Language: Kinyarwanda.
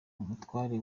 umutware